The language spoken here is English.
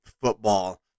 football